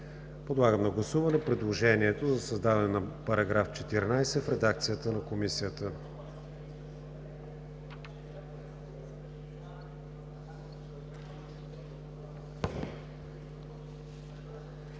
Подлагам на гласуване предложение за създаване на § 13 в редакцията на Комисията.